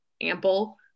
ample